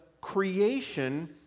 creation